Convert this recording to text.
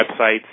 websites